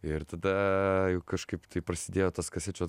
ir tada jau kažkaip tai prasidėjo tas kasečių